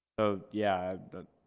oh, yeah, i